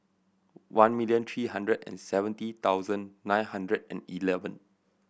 one million three hundred and seventy thousand nine hundred and eleven